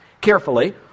Carefully